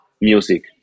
music